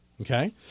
Okay